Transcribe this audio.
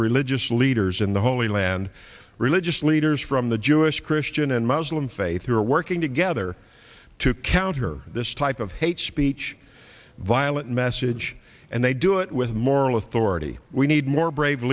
religious leaders in the holy land religious leaders from the jewish christian and muslim faith who are working together to counter this type of hate speech violent message and they do it with moral authority we need more brave